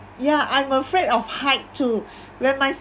yeah I'm afraid of height too when my son